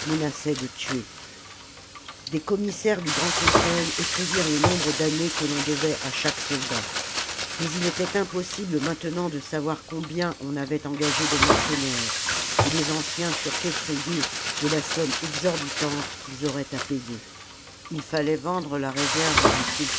de tuer des commissaires du grand conseil écrivirent le nombre d'années que l'on devait à chaque soldat mais il était impossible maintenant de savoir combien on avait engagé de mercenaires et les anciens furent effrayés de la somme exorbitante qu'ils auraient à payer ii fallait vendre la réserve du